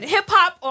Hip-hop